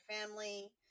family